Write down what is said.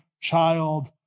child